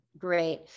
Great